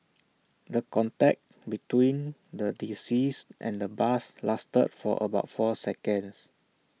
the contact between the deceased and the bus lasted for about four seconds